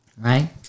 Right